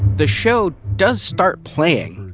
the show does start playing,